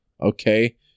okay